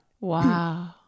wow